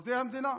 חוזה המדינה.